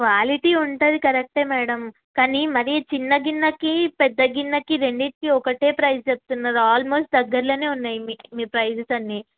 quality ఉంటుంది correct madam కానీ మరి చిన్న గిన్నకి పెద్ద గిన్నకి రెండింటికి ఒకటే ప్రైస్ చెప్తున్నారు ఆల్మోస్ట్ దగ్గరలో ఉన్నాయి మీ మీ ప్రైసెస్ అన్నీ